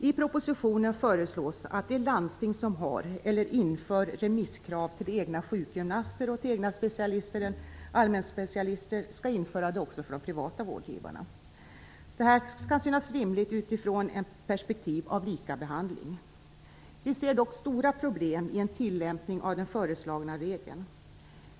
I propositionens föreslås att de landsting som har eller inför remisskrav till egna sjukgymnaster eller till egna specialister skall införa det också för de privata vårdgivarna. Detta kan synas rimligt utifrån ett perspektiv av likabehandling. Vi ser dock stora problem i en tillämpning av den föreslagna regeln.